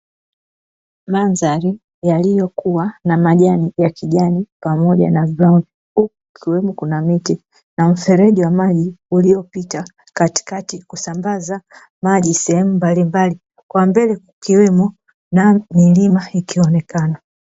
Mandhari yaliyokuwa na majani ya kijani pamoja na brauni, huku kukiwemo kuna miti na mfereji wa maji uliopita katikati kusambaza maji sehemu mbalimbali, kwa mbele kukiwemo na milima ikionekana.